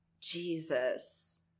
Jesus